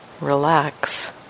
relax